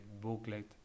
booklet